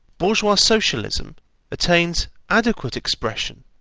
bourgeois socialism attains adequate expression,